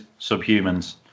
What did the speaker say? subhumans